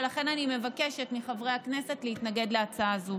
ולכן אני מבקשת מחברי הכנסת להתנגד להצעה הזאת.